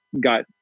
got